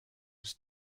was